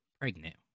pregnant